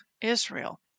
Israel